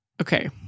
okay